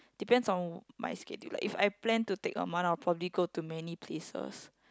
depends on my schedule like if I plan to take a month I'll probably go to many places